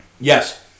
Yes